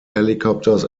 helicopters